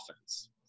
offense